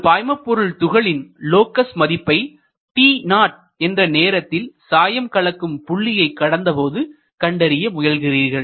ஒரு பாய்மபொருள் துகளின் லோக்கஸ் மதிப்பை t0 என்ற நேரத்தில் சாயம் கலக்கும் புள்ளியை கடந்த போது கண்டறிய முயல்கிறீர்கள்